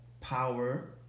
power